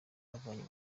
bavanye